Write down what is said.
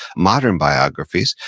modern biographies.